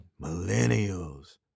millennials